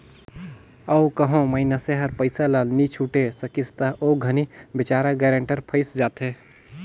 अउ कहों मइनसे हर पइसा ल नी छुटे सकिस ता ओ घनी बिचारा गारंटर फंइस जाथे